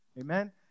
amen